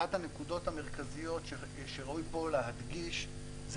אחת הנקודות המרכזיות שראוי פה להדגיש זה